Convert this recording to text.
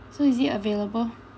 so is it available